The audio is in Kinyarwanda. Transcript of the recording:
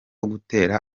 gutera